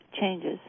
changes